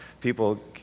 People